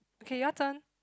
okay your turn